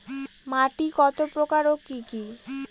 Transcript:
মাটি কত প্রকার ও কি কি?